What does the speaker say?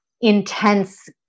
intense